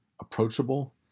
approachable